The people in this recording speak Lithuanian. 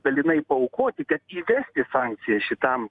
dalinai paaukoti kad įvesti sankcijas šitam